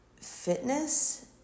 fitness